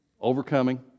overcoming